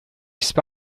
spy